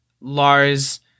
lars